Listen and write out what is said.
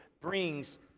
brings